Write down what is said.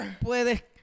Puedes